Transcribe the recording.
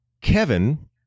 Kevin